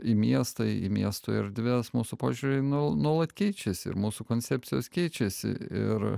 į miestą į miesto erdves mūsų požiūriai nu nuolat keičiasi ir mūsų koncepcijos keičiasi ir